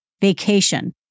vacation